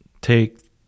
take